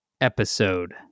episode